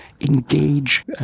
engage